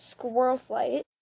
Squirrelflight